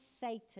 Satan